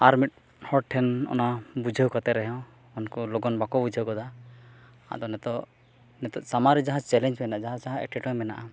ᱟᱨ ᱢᱤᱫ ᱦᱚᱲᱴᱷᱮᱱ ᱚᱱᱟ ᱵᱩᱡᱷᱟᱹᱣ ᱠᱟᱛᱮ ᱨᱮᱦᱚᱸ ᱩᱱᱠᱩ ᱞᱚᱜᱚᱱ ᱵᱟᱠᱚ ᱵᱩᱡᱷᱟᱹᱣ ᱜᱚᱫᱟ ᱟᱫᱚ ᱱᱤᱚᱛᱳᱜ ᱱᱤᱛᱳᱜ ᱥᱟᱢᱟᱝᱨᱮ ᱡᱟᱦᱟᱸ ᱪᱮᱞᱮᱧᱡᱽ ᱢᱮᱱᱟᱜᱼᱟ ᱡᱟᱦᱟᱸ ᱮᱴᱠᱮᱴᱚᱬᱮ ᱢᱮᱱᱟᱜᱼᱟ